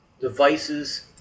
devices